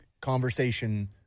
conversation